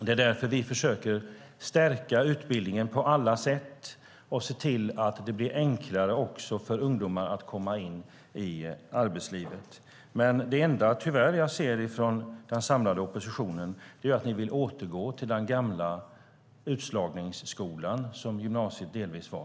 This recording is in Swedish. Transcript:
Det är därför vi på alla sätt försöker stärka utbildningen och se till att det blir enklare också för ungdomar att komma in i arbetslivet. Tyvärr är det enda jag ser från den samlade oppositionen att ni vill återgå till den gamla utslagningsskola som gymnasiet delvis var.